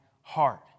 heart